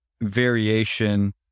variation